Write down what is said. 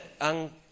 ang